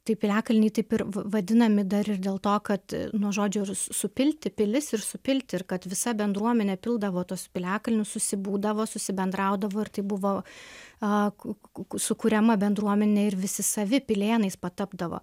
tie piliakalniai taip ir va vadinami dar ir dėl to kad nuo žodžio ir su su supilti pilis ir supilti ir kad visa bendruomenė pildavo tuos piliakalnius susibūdavo susibendraudavo ir tai buvo a ku ku sukuriama bendruomenė ir visi savi pilėnais patapdavo